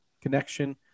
connection